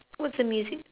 what's the music